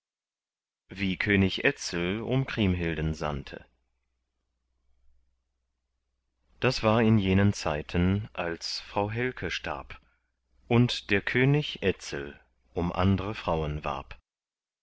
wie könig etzel um kriemhilden sandte das war in jenen zeiten als frau helke starb und der könig etzel um andre frauen warb